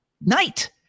night